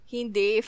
Hindi